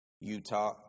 Utah